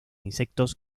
insectos